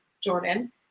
Jordan